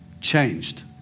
Changed